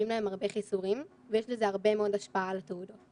להם הרבה חיסורים ויש לזה הרבה מאוד השפעה על התעודות.